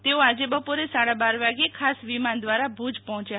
તેઓ આજે બપોરે સાડા બાર વાગે ખાસ વિમાન દ્વારા ભુજ પહોંચશે